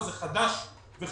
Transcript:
אז זה חדש וחדיש.